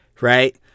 right